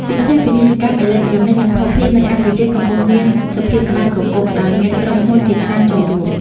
ទីផ្សារ ពាណិជ្ជកម្មអេឡិចត្រូនិក និងភស្តុភារនៅកម្ពុជាកំពុងមានសភាពក្តៅគគុក ដោយមានក្រុមហ៊ុនជាច្រើនចូលរួម។